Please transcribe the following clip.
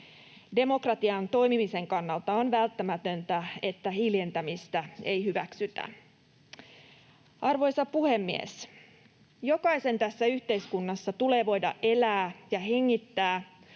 Demokratian toimimisen kannalta on välttämätöntä, että hiljentämistä ei hyväksytä. Arvoisa puhemies! Jokaisen tässä yhteiskunnassa tulee voida elää ja hengittää,